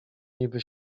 niby